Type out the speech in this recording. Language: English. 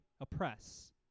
oppress